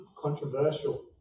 controversial